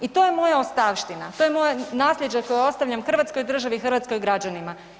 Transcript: I to je moja ostavština, to je moje nasljeđe koje ostavljam hrvatskoj državi, hrvatskim građanima.